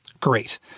Great